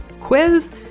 quiz